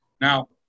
now